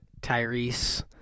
Tyrese